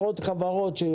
הכסף וההתקשרות עם הנוסע.